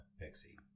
Pixie